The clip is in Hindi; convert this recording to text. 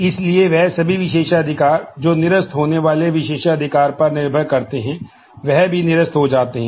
इसलिए वह सभी विशेषाधिकार जो निरस्त होने वाले विशेषाधिकार पर निर्भर करते हैं वह भी निरस्त हो जाते हैं